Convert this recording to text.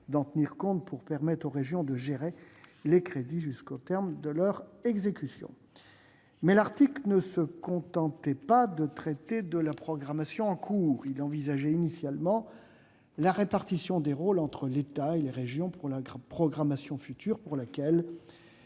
en tenir compte pour permettre aux régions de gérer ces fonds jusqu'au terme de leur exécution. Cela étant, l'article en question ne se contentait pas de traiter de la programmation en cours. Il envisageait initialement la répartition des rôles entre l'État et les régions pour la programmation future, pour laquelle